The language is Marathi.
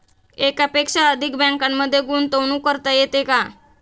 एकापेक्षा अधिक बँकांमध्ये गुंतवणूक करता येते का?